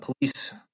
police